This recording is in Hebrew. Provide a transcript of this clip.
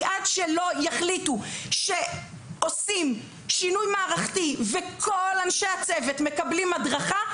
כי עד שלא יחליטו שעושים שינוי מערכתי וכל אנשי הצוות מקבלים הדרכה,